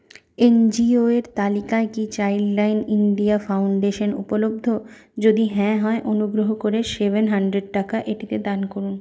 N জি ওর তালিকায় কি চাইল্ডলাইন ইন্ডিয়া ফাউন্ডেশন উপলব্ধ যদি হ্যাঁ হয় অনুগ্রহ করে সেভেন হান্ড্রেড টাকা এটিতে দান করুন